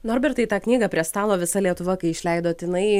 norbertai tą knygą prie stalo visa lietuva kai išleidot jinai